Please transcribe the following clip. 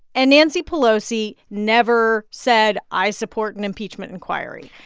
and nancy pelosi never said, i support an impeachment inquiry.